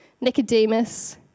Nicodemus